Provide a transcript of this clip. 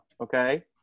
Okay